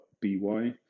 b-y